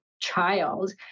child